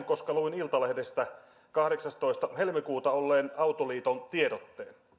koska luin iltalehdessä kahdeksastoista toista olleen autoliiton tiedotteen